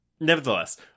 Nevertheless